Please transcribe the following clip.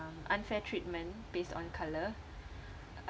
um unfair treatment based on colour